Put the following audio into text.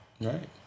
Right